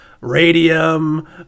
Radium